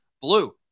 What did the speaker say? blue